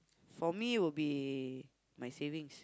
for me would be my savings